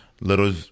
little